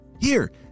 Here